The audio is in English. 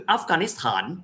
Afghanistan